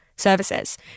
services